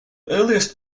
earliest